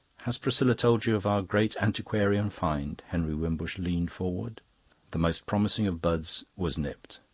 has priscilla told you of our great antiquarian find? henry wimbush leaned forward the most promising of buds was nipped.